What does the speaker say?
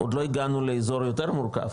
עוד לא הגענו לאזור יותר מורכב,